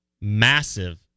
massive